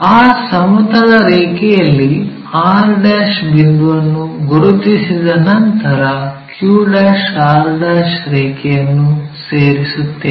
ಆ ಸಮತಲ ರೇಖೆಯಲ್ಲಿ r ಬಿಂದುವನ್ನು ಗುರುತಿಸಿದ ನಂತರ q r ರೇಖೆಯನ್ನು ಸೇರಿಸುತ್ತೇವೆ